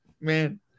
man